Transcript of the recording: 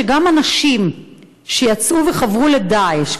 גם אנשים שיצאו וחברו ל"דאעש",